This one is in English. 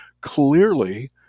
clearly